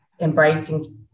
embracing